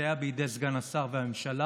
לסייע בידי סגן השר והממשלה